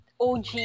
OG